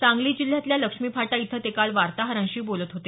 सांगली जिल्ह्यातल्या लक्ष्मीफाटा इथं ते काल वार्ताहरांशी बोलत होते